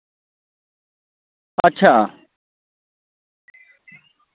अच्छा